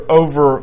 over